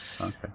okay